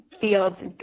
fields